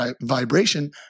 vibration